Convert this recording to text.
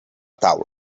taula